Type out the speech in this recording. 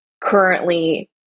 currently